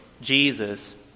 Jesus